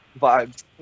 vibes